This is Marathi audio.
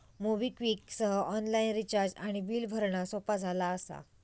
मोबिक्विक सह ऑनलाइन रिचार्ज आणि बिल भरणा सोपा झाला असा